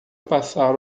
passar